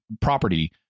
property